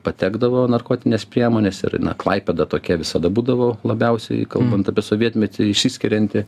patekdavo narkotinės priemonės ir klaipėda tokia visada būdavo labiausiai kalbant apie sovietmetį išsiskirianti